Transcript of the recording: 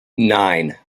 nine